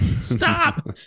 stop